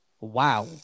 Wow